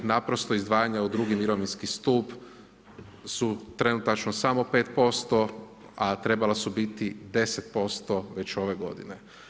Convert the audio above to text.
Naprosto izdvajanja u II mirovinski stup su trenutačno samo 5%, a trebala su biti 10% već ove godine.